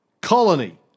colony